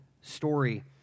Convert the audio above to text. story